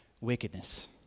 wickedness